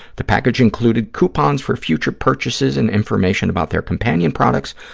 the package included coupons for future purchases and information about their companion products,